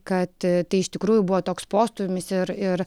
kad tai iš tikrųjų buvo toks postūmis ir ir